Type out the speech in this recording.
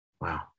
Wow